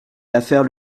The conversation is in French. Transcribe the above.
l’affaire